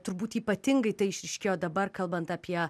turbūt ypatingai tai išryškėjo dabar kalbant apie